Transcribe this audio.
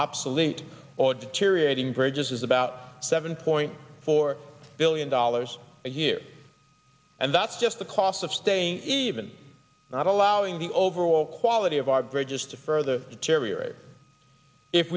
obsolete or deteriorating bridges is about seven point four billion dollars a year and that's just the cost of staying in even not allowing the overall quality of our bridges to further deteriorate if